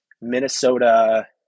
Minnesota